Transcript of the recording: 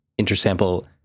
intersample